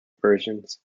versions